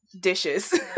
dishes